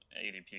ADP